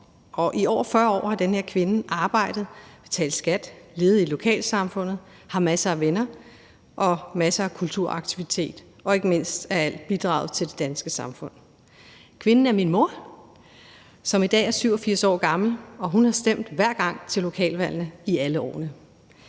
i over 40 år har den her kvinde arbejdet, betalt skat, levet i lokalsamfundet, har masser af venner og masser af kulturaktiviteter og har ikke mindst af alt bidraget til det danske samfund. Kvinden er min mor, som i dag er 87 år gammel, og hun har stemt hver gang til lokalvalgene i alle årene.